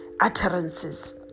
utterances